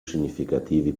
significativi